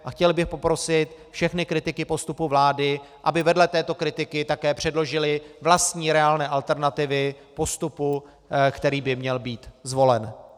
A chtěl bych poprosit všechny kritiky postupu vlády, aby vedle této kritiky také předložili vlastní reálné alternativy postupu, který by měl být zvolen.